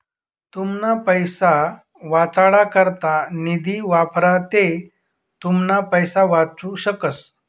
तुमना पैसा वाचाडा करता निधी वापरा ते तुमना पैसा वाचू शकस